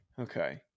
Okay